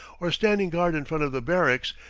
or standing guard in front of the barracks,